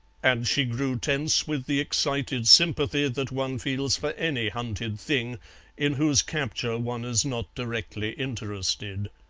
and she grew tense with the excited sympathy that one feels for any hunted thing in whose capture one is not directly interested.